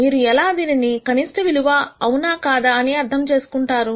మీరు ఎలా దీనిని కనిష్ట విలువ అవునా కాదా అని అర్థం చేసుకుంటారు